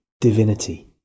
divinity